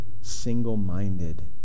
single-minded